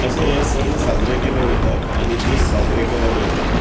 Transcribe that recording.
अशें हें सण साजरे केले वयतात आनी दीस साजरे केले वयतात